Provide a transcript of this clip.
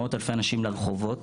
מאות אלפי אנשים לרחובות